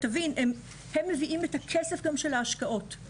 הם מביאים את הכסף של ההשקעות גם.